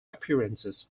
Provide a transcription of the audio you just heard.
appearances